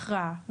ההכרעה,